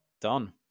Done